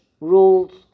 rules